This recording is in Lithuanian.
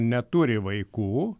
neturi vaikų